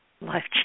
life